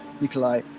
Nikolai